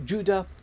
Judah